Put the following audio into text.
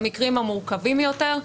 במקרים המורכבים יותר,